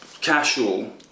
casual